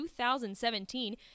2017